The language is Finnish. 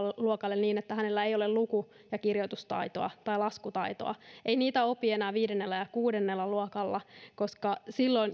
luokalle niin että hänellä ei ole luku ja kirjoitustaitoa tai laskutaitoa ei niitä opi enää viidennellä ja kuudennella luokalla koska silloin